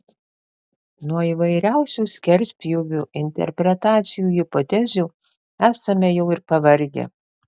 nuo įvairiausių skerspjūvių interpretacijų hipotezių esame jau ir pavargę